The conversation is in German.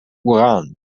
uran